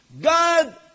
God